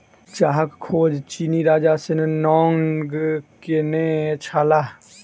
चाहक खोज चीनी राजा शेन्नॉन्ग केने छलाह